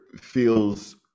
feels